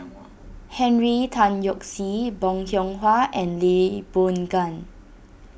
Henry Tan Yoke See Bong Hiong Hwa and Lee Boon Ngan